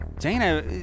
Dana